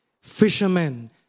fishermen